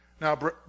Now